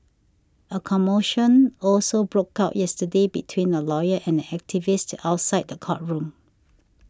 a commotion also broke out yesterday between a lawyer and an activist outside the courtroom